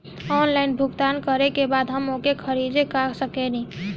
Online भुगतान करे के बाद हम ओके खारिज कर सकेनि?